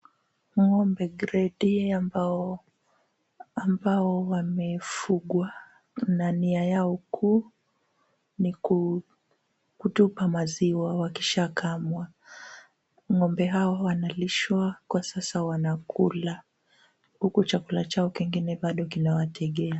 Ng'ombe gredi ambao wamefugwa na nia yao kuu ni kutupa maziwa wakishakamwa. Ng'ombe hawa wanalishwa kwa sasa wanakula, huku chakula chao bado kingine kinawategea.